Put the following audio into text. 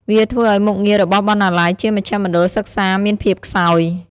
វាធ្វើឱ្យមុខងាររបស់បណ្ណាល័យជាមជ្ឈមណ្ឌលសិក្សាមានភាពខ្សោយ។